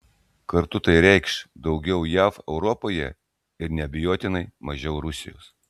kartu tai reikš daugiau jav europoje ir neabejotinai mažiau rusijos